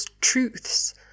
truths